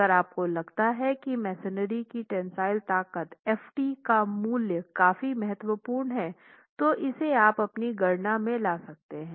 अगर आपको लगता है कि मेसनरी की टेंसिल ताकत Ft का मूल्य काफी महत्वपूर्ण है तो इसे आप अपनी गरणा में ला सकते हैं